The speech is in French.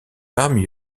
parmi